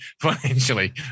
financially